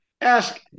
ask